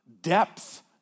depth